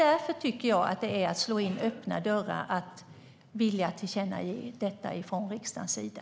Därför tycker jag att det är att slå in öppna dörrar att vilja tillkännage detta från riksdagens sida.